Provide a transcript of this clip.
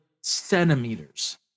centimeters